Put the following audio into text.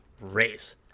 race